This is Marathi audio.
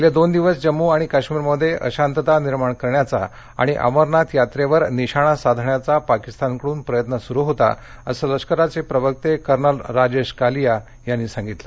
गेले दोन दिवस जम्मू काश्मीरमध्ये अशांतता निर्माण करण्याचा आणि अमरनाथ यात्रेवर निशाणा साधण्याचा पाकिस्तानकडुन प्रयत्न सुरु होता असं लष्कराचे प्रवक्ते कर्नल राजेश कालिया यांनी सांगितलं